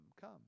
come